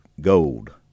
Gold